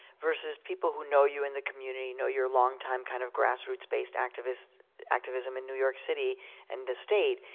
versus people who know you in the community, know your long time kind of grassroots based activism activism in new york city and the state,